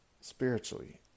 spiritually